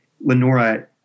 Lenora